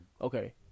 Okay